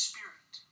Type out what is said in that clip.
Spirit